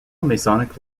masonic